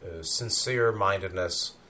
sincere-mindedness